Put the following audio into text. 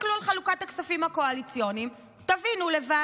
תסתכלו על חלוקת הכספים הקואליציוניים, תבינו לבד.